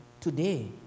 today